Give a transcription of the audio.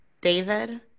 David